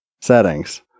settings